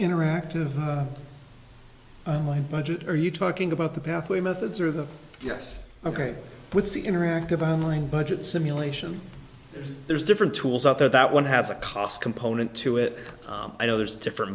interactive my budget are you talking about the pathway methods or the yes ok with the interactive outline budget simulation there's different tools out there that one has a cost component to it i know there's different